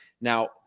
Now